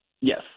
Yes